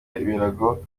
ibirago